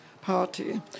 Party